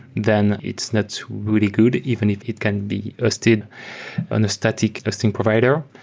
then it's not really good even if it can be hosted on a static hosting provider.